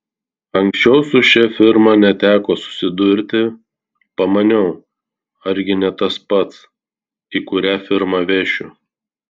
anksčiau su šia firma neteko susidurti pamaniau argi ne tas pats į kurią firmą vešiu